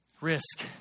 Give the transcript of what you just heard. Risk